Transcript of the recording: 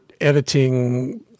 editing